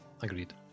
agreed